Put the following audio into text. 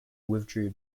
withdrew